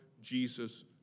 Jesus